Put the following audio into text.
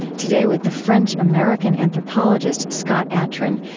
today, with the french-american anthropologist scott atran,